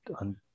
on